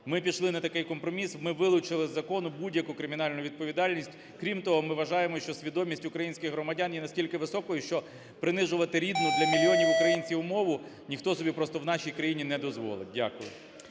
ми пішли на такий компроміс: ми вилучили з закону будь-яку кримінальну відповідальність. Крім того, ми вважаємо, що свідомість українських громадян є настільки високою, що принижувати рідну для мільйонів українців мову ніхто собі просто в нашій країні не дозволить. Дякую.